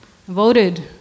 Voted